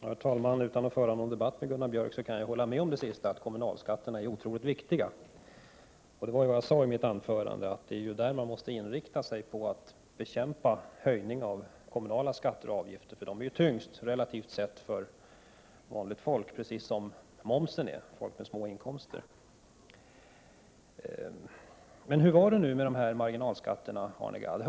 Herr talman! Utan att föra någon debatt med Gunnar Björk kan jag hålla med honom om det sista han sade, att kommunalskatterna är oerhört viktiga. Jag sade också i mitt anförande att man måste inrikta sig på att bekämpa höjning av kommunala skatter och avgifter, eftersom de, på samma sätt som momsen, relativt sett är tyngst för vanligt folk med små inkomster. Hur är det nu med marginalskatterna, Arne Gadd?